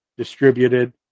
distributed